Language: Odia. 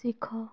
ଶିଖ